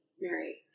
Mary